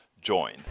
join